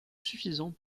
suffisant